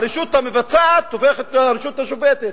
הרשות המבצעת הופכת לרשות השופטת.